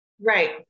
Right